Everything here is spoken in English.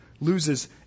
loses